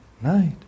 night